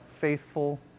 faithful